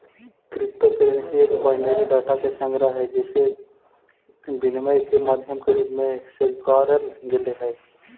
crypto currency एक binary data के संग्रह हइ जेसे विनिमय के माध्यम के रूप में स्वीकारल गेले हइ